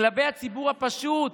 כלפי הציבור הפשוט,